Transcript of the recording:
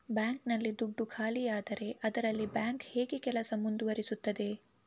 Bank ನಲ್ಲಿ ದುಡ್ಡು ಖಾಲಿಯಾದರೆ ಅದರಲ್ಲಿ ಬ್ಯಾಂಕ್ ಹೇಗೆ ಕೆಲಸ ಮುಂದುವರಿಸುತ್ತದೆ?